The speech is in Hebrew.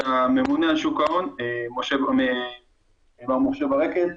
שהממונה על שוק ההון מר משה ברקת,